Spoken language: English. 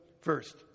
first